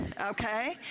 okay